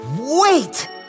Wait